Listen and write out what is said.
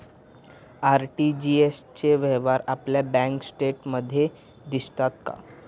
RTGS चे व्यवहार आपल्या बँक स्टेटमेंटमध्ये दिसतात का?